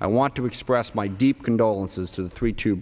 i want to express my deep condolences to the three two